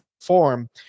form